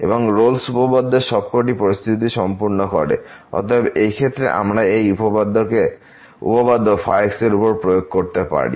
এবং রোল'স উপপাদ্যের সবকটি পরিস্থিতি সম্পূর্ণ করে অতএব এই ক্ষেত্রে আমরা এই উপপাদ্য ϕ উপর প্রয়োগ করতে পারি